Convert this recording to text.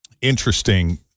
interesting